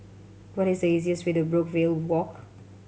what is the easiest way to Brookvale Walk